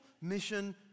mission